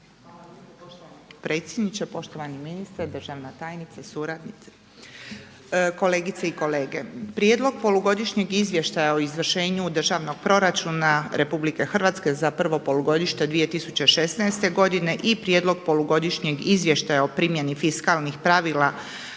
poštovani ministre, državna tajnice, suradnice, kolegice i kolege. Prijedlog polugodišnjeg izvještaja o izvršenju državnog proračuna RH za prvo polugodište 2016. godine i prijedlog polugodišnjeg izvještaja o primjeni fiskalnih pravila